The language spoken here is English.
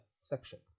section